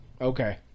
okay